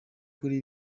kuri